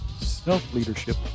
self-leadership